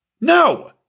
No